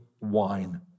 wine